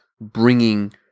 bringing